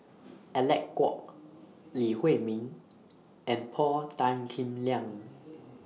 Alec Kuok Lee Huei Min and Paul Tan Kim Liang